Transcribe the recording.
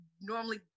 normally